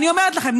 אני אומרת לכם,